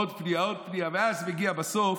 עוד פנייה, עוד פנייה, ואז מגיע בסוף,